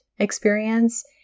experience